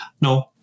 No